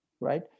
Right